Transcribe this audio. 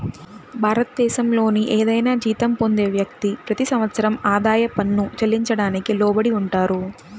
భారతదేశంలోని ఏదైనా జీతం పొందే వ్యక్తి, ప్రతి సంవత్సరం ఆదాయ పన్ను చెల్లించడానికి లోబడి ఉంటారు